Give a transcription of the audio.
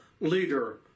leader